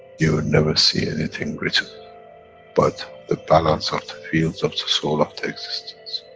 you will never see anything written but the balance of the fields of the soul of the existence.